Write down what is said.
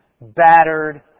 battered